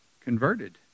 converted